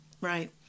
Right